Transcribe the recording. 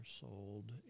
sold